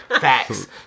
Facts